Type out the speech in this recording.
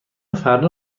فردا